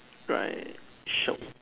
right [shiok]